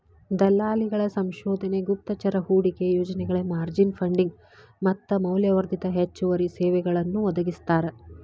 ದಲ್ಲಾಳಿಗಳ ಸಂಶೋಧನೆ ಗುಪ್ತಚರ ಹೂಡಿಕೆ ಯೋಜನೆಗಳ ಮಾರ್ಜಿನ್ ಫಂಡಿಂಗ್ ಮತ್ತ ಮೌಲ್ಯವರ್ಧಿತ ಹೆಚ್ಚುವರಿ ಸೇವೆಗಳನ್ನೂ ಒದಗಿಸ್ತಾರ